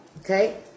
okay